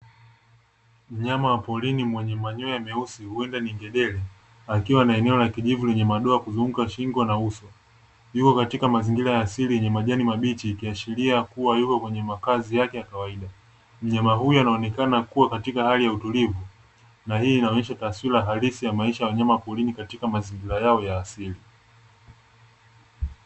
Mnyama wa porini mwenye manyoa meusi huenda ni ngedere akiwa na eneo la kijivu lenye madoa ya kuzunguka shingo na uso, yuko katika mazingira ya asili yenye majani mabichi ikiashiria kuwa yuko kwenye makazi yake ya kawaida. Mnyama huyo anaonekana kuwa katika hali ya utulivu na hii inaonyesha taswira halisi ya maisha ya wanyama porini katika mazingira yao ya asili.